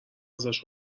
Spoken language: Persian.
ازش